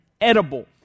edible